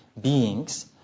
beings